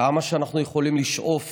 כמה שאנחנו יכולים לשאוף